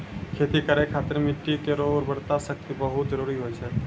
खेती करै खातिर मिट्टी केरो उर्वरा शक्ति बहुत जरूरी होय छै